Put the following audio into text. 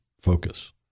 focus